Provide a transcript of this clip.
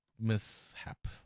mishap